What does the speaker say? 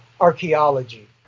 Archaeology